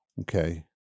Okay